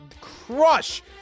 crush –